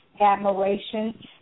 admiration